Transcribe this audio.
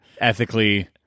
ethically